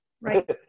right